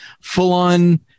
full-on